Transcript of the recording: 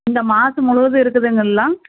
இந்த மாதம் முழுவதும் இருக்குதுங்கல்லா